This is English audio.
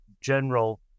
general